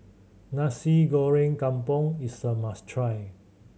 Nasi Goreng Kampung is a must try